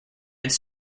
its